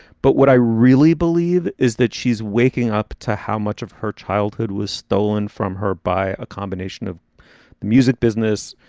but what i really believe is that she's waking up to how much of her childhood was stolen from her by a combination of the music business,